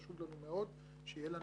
ואנחנו בוחנים כל גוף צה"לי בכמה הוא מתייעל.